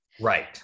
Right